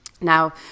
Now